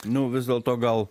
nu vis dėlto gal